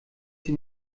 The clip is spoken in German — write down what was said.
sie